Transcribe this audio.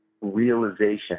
realization